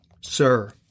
Sir